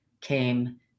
came